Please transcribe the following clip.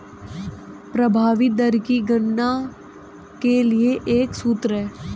प्रभावी दर की गणना के लिए एक सूत्र है